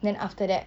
then after that